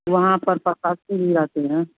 वहाँ पर रहती हैं